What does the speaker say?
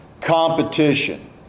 competition